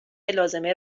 لازمه